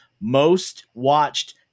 most-watched